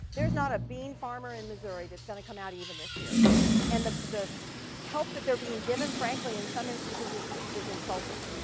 there's not a bean farmer in missouri that's going to come out even this year and the the help that they're being given, frankly, in some instances so is insulting.